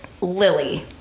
Lily